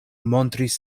montris